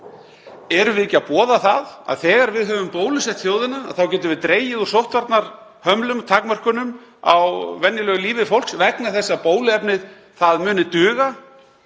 Höfum við ekki boðað það að þegar við höfum bólusett þjóðina getum við dregið úr sóttvarnahömlum og takmörkunum á venjulegu lífi fólks vegna þess að bóluefnið muni duga